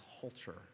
culture